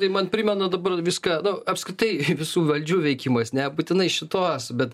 tai man primena dabar viską nu apskritai visų valdžių veikimas nebūtinai šitos bet